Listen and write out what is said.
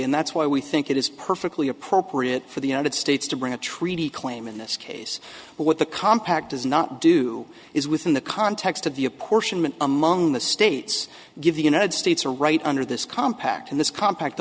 and that's why we think it is perfectly appropriate for the united states to bring a treaty claim in this case but what the compact does not do is within the context of the apportionment among the states give the united states a right under this compact in this compact